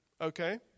okay